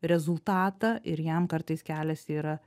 rezultatą ir jam kartais kelias yra